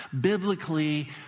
biblically